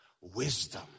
wisdom